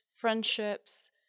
friendships